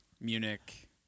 Munich